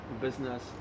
business